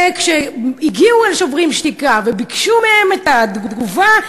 וכשהגיעו אל "שוברים שתיקה" וביקשו מהם תגובה,